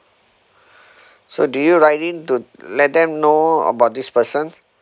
so do you write in to let them know about this person